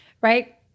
right